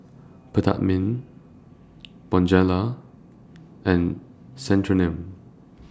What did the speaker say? Peptamen Bonjela and Centrum